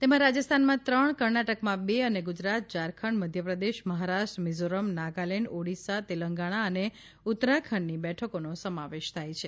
તેમાં રાજસ્થાનમાં ત્રણ કર્ણાટકમાં બે અને ગુજરાત ઝારખંડ મધ્યપ્રદેશ મહારાષ્ટ્ર મિઝોરમ નાગાલેન્ડ ઓડિશા તેલંગાણા અને ઉત્તરાખંડની બેઠકોનો સમાવેશ થાય છે